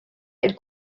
elle